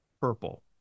Purple